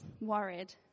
worried